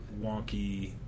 wonky